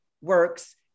works